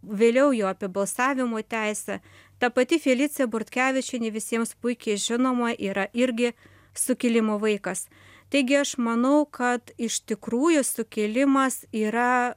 vėliau jau apie balsavimo teisę ta pati felicija bortkevičienė visiems puikiai žinoma yra irgi sukilimo vaikas taigi aš manau kad iš tikrųjų sukilimas yra